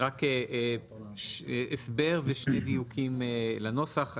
רק הסבר ושני דיוקים לנוסח.